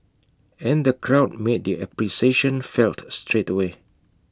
and the crowd made their appreciation felt straight away